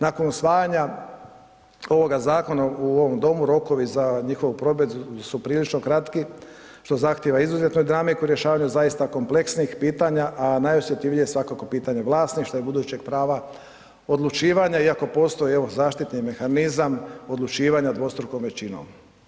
Nakon usvajanja ovoga zakona u ovom domu, rokovi za njihovu provedbu su prilično kratki, što zahtjeva izuzetnu dinamiku u rješavanju zaista kompleksnih pitanja, a najosjetljivije je svakako pitanje vlasništva i budućeg prava odlučivanja iako postoje, evo zaštitni mehanizam odlučivanja o dvostrukom većinom.